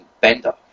Bender